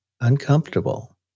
uncomfortable